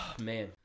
Man